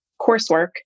coursework